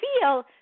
feel